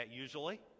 usually